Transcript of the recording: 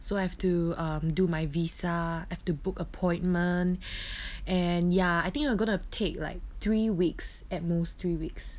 so I have to um do my visa I have to book appointment and ya I think I'm gonna take like three weeks at most three weeks